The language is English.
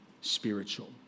spiritual